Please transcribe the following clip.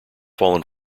fallen